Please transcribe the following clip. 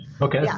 okay